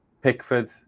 Pickford